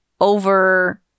over